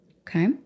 okay